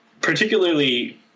particularly